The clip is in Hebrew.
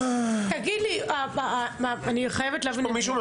להחזיר את